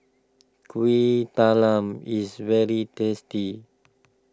Kueh Talam is very tasty